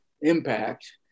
impact